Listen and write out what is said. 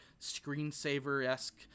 screensaver-esque